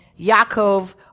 Yaakov